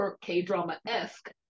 K-drama-esque